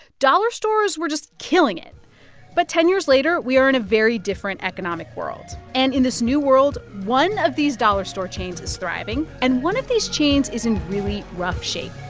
dollar stores were just killing it but ten years later, we are in a very different economic world. and in this new world, one of these dollar store chains is thriving. and one of these chains is in really rough shape.